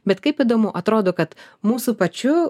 bet kaip įdomu atrodo kad mūsų pačių